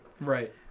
Right